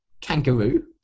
kangaroo